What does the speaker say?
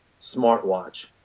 smartwatch